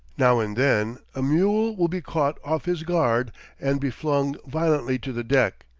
now and then a mule will be caught off his guard and be flung violently to the deck,